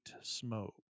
smoke